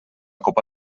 copa